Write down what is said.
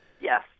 Yes